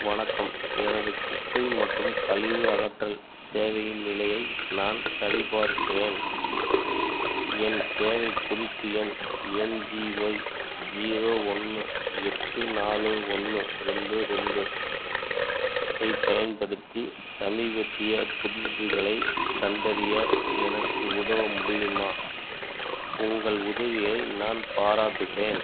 வணக்கம் எனது குப்பை மற்றும் கழிவு அகற்றல் சேவையின் நிலையை நான் சரிபார்க்கிறேன் என் சேவை குறிப்பு எண் என்ஜிஒய் ஜீரோ ஒன்று எட்டு நாலு ஒன்று ரெண்டு ரெண்டு ஐப் பயன்படுத்தி சமீபத்திய புதுப்பிப்புகளைக் கண்டறிய எனக்கு உதவ முடியுமா உங்கள் உதவியை நான் பாராட்டுகிறேன்